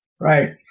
Right